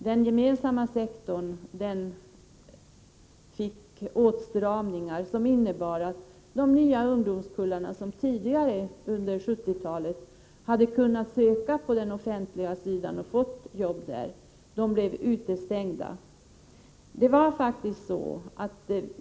Den gemensamma sektorn drabbades av åtstramningar, som innebar att de nya ungdomskullarna, som tidigare på 1970-talet hade kunnat söka sig till den offentliga sidan och få jobb där, blev utestängda från arbete.